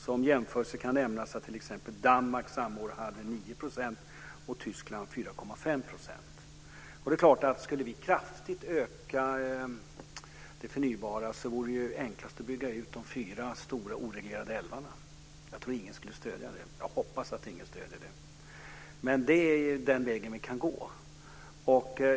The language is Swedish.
Som jämförelse kan nämnas att t.ex. Danmark samma år hade 9 % och Skulle vi kraftigt öka det förnybara vore det enklast att bygga ut de fyra stora oreglerade älvarna. Jag tror ingen skulle stödja det. Jag hoppas att ingen stöder det. Men det är den vägen vi kan gå.